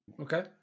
Okay